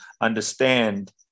understand